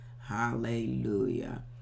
Hallelujah